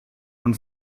und